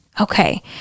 Okay